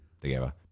together